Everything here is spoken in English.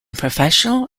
professional